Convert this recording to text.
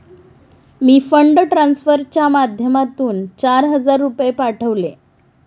मी fund ट्रान्सफरच्या माध्यमातून चार हजार रुपये पाठवले